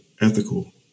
ethical